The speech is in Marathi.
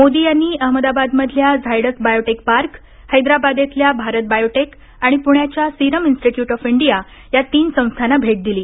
मोदी यांनी अहमदाबादमधल्या झायडस बायोटेक पार्क हैदराबादेतल्या भारत बायोटेक आणि पुण्याच्या सिरम इन्स्टिट्यूट ऑफ इंडिया या तीन संस्थांना भेट दिली